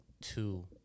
two